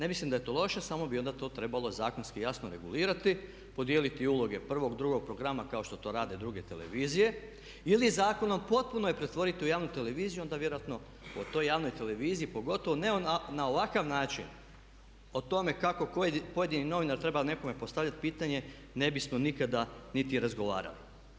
Ne mislim da je to loše samo bi onda to trebalo zakonski jasno regulirati, podijeliti uloge prvog i drugog programa kao što to rade druge televizije ili zakonom potpuno je pretvoriti u javnu televiziju i onda vjerojatno po toj javnoj televiziji, pogotovo ne onakav način o tome kako pojedini novinar treba nekome postavljati pitanje ne bismo nikada niti razgovarali.